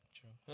True